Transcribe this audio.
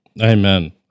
Amen